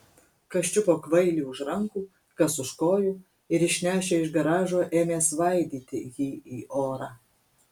kas čiupo kvailį už rankų kas už kojų ir išnešę iš garažo ėmė svaidyti jį į orą